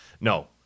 No